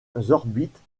orbites